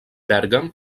bèrgam